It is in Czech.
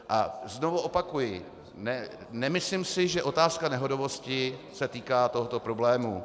A znovu opakuji, nemyslím si, že otázka nehodovosti se týká tohoto problému.